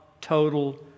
total